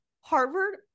Harvard